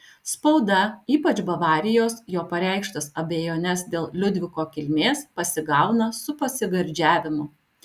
spauda ypač bavarijos jo pareikštas abejones dėl liudviko kilmės pasigauna su pasigardžiavimu